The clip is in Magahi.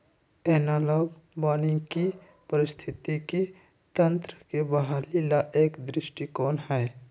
एनालॉग वानिकी पारिस्थितिकी तंत्र के बहाली ला एक दृष्टिकोण हई